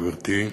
גברתי,